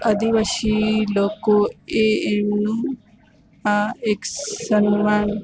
આદિવાસી લોકો એ એમનું આ એક સન્માન